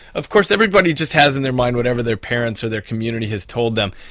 of course everybody just has in their mind whatever their parents or their community has told them,